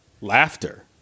Laughter